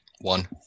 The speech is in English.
One